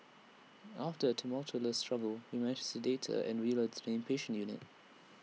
after A tumultuous struggle we managed sedate her and wheel her to inpatient unit